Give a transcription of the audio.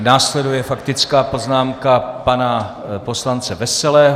Následuje faktická poznámka pana poslance Veselého.